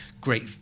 great